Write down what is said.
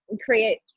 create